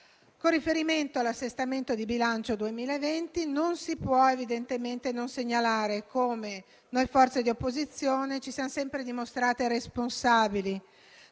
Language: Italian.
Con riferimento all'assestamento di bilancio 2020, non si può evidentemente non segnalare come noi, forze di opposizione, ci siamo sempre dimostrate responsabili